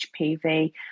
HPV